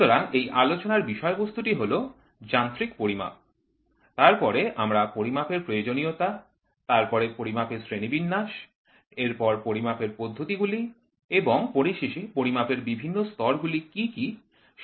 সুতরাং এই আলোচনার বিষয়বস্তুটি হল যান্ত্রিক পরিমাপ তারপরে আমরা পরিমাপের প্রয়োজনীয়তা তারপরে পরিমাপের শ্রেণিবিন্যাস এরপর পরিমাপের পদ্ধতিগুলি এবং পরিশেষে পরিমাপের বিভিন্ন স্তরগুলি কী কী সেই সম্পর্কে কথা বলব